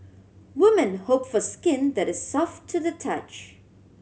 women hope for skin that is soft to the touch